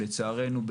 לצערנו,